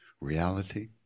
reality